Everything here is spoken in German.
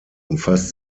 umfasst